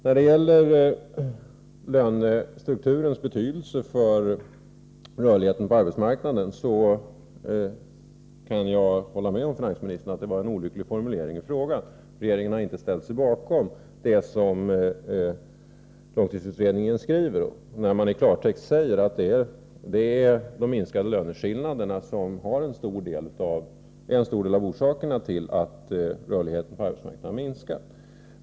När det gäller lönestrukturens betydelse för rörligheten på arbetsmarknaden kan jag hålla med finansministern om att min fråga hade en olycklig formulering. Regeringen har inte ställt sig bakom det uttalande av långtidsutredningen där denna i klartext skriver, att det förhållandet att rörligheten på arbetsmarknaden har gått ned, till stor del beror på att löneskillnaderna har minskat.